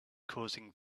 causing